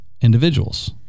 individuals